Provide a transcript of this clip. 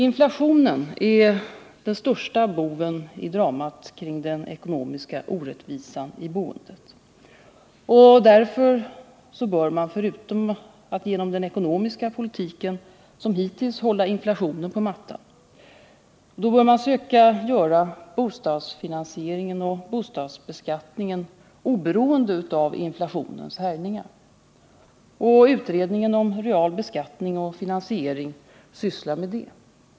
Inflationen är den största boven i dramat kring den ekonomiska orättvisan i boendet. Därför bör man, förutom att som hittills genom den ekonomiska politiken hålla inflationen på mattan, söka göra bostadsfinansieringen och beskattningen oberoende av inflationens härjningar. Utredningen om en real beskattning och finansiering sysslar med detta.